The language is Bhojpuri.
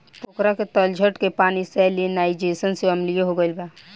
पोखरा के तलछट के पानी सैलिनाइज़ेशन से अम्लीय हो गईल बा